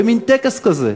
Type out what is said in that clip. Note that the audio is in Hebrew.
במין טקס כזה,